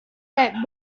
that